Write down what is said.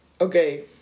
Okay